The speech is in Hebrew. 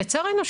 לצערנו,